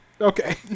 Okay